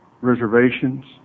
reservations